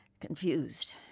Confused